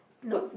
no